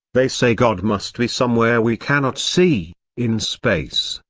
they say god must be somewhere we cannot see, in space,